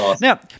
now